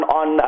on